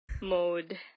mode